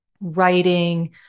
writing